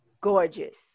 gorgeous